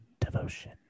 devotion